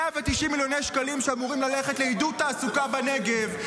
190 מיליוני שקלים שאמורים ללכת לעידוד תעסוקה בנגב,